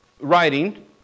writing